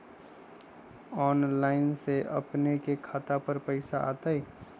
Online से अपने के खाता पर पैसा आ तई?